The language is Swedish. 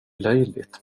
löjligt